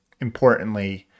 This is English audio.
importantly